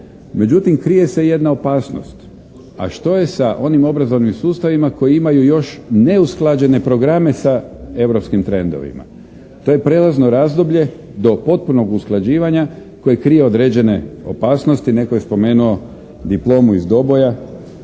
Međutim, krije se jedna opasnost. A što je sa onim obrazovnim sustavima koji imaju još neusklađene programe sa europskim trendovima. To je prelazno razdoblje do potpunog usklađivanja koje krije određene opasnosti. Netko je spomenuo diplomu iz Doboja.